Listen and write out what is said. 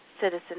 Citizen